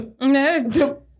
No